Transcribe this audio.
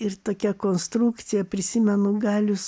ir tokia konstrukcija prisimenu galius